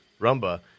Rumba